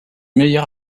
meilleur